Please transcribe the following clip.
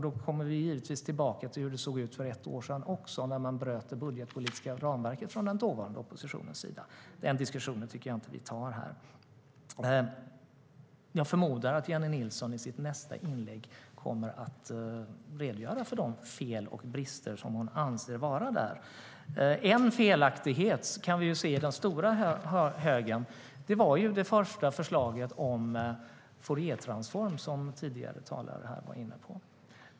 Då kommer vi givetvis tillbaka till hur det såg ut för ett år sedan då den dåvarande oppositionen bröt mot det budgetpolitiska ramverket, och den diskussionen tycker jag inte att vi tar här. Jag förmodar att Jennie Nilsson i sitt nästa inlägg kommer att redogöra för de fel och brister som hon anser vara där. En felaktighet kan vi se i den stora högen. Det var det förslag om Fouriertransform som tidigare talare här var inne på.